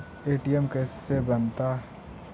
ATM कैसे बनता?